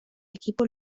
equipo